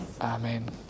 amen